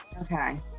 Okay